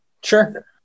sure